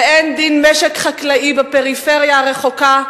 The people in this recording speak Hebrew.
ואין דין משק חקלאי בפריפריה הרחוקה,